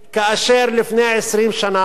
כאשר לפני 20 שנה,